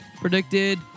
predicted